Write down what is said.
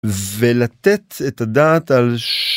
ולתת את הדעת על.